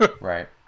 Right